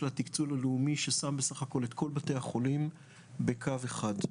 התקצוב הלאומי ששם בסך הכל את כל בתי החולים בקו אחד.